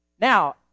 Now